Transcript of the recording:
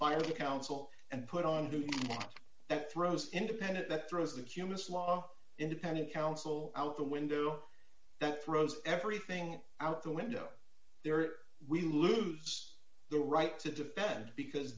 find counsel and put on that throws independent that frozen humus law independent counsel out the window that throws everything out the window there we loose the right to defend because